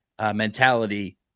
mentality